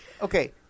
Okay